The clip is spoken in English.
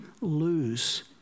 lose